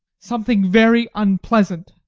something very unpleasant.